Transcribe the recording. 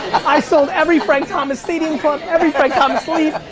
i sold every frank thomas stadium club, every frank thomas leaf.